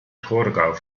torgau